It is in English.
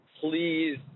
please